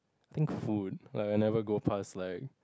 think food like I never go past like